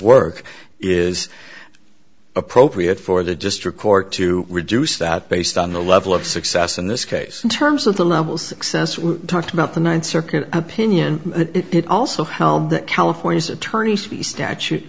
work is appropriate for the district court to reduce that based on the level of success in this case in terms of the levels excess we talked about the ninth circuit opinion it also held that california's attorney's fees statute